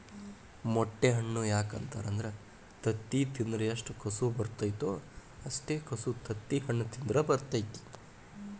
ಮೊಟ್ಟೆ ಹಣ್ಣು ಯಾಕ ಅಂತಾರ ಅಂದ್ರ ತತ್ತಿ ತಿಂದ್ರ ಎಷ್ಟು ಕಸು ಬರ್ತೈತೋ ಅಷ್ಟೇ ಕಸು ತತ್ತಿಹಣ್ಣ ತಿಂದ್ರ ಬರ್ತೈತಿ